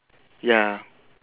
ya